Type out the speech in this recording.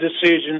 decision